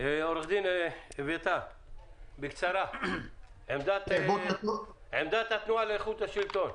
אביתר אילון, עמדת התנועה לאיכות השלטון,